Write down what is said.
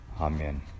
Amen